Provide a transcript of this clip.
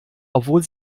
obwohl